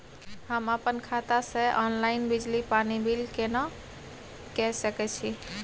हम अपन खाता से ऑनलाइन बिजली पानी बिल केना के सकै छी?